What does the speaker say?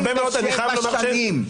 27 שנים.